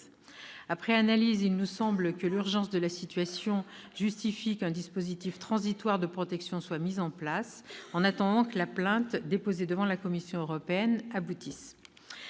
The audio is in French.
Après analyse, il nous semble que l'urgence de la situation justifie qu'un dispositif transitoire de protection soit mis en place, en attendant que la plainte déposée devant la Commission européenne aboutisse.